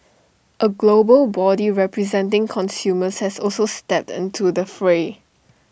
A global body representing consumers has also stepped into the fray